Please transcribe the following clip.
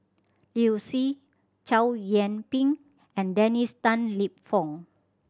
Liu Si Chow Yian Ping and Dennis Tan Lip Fong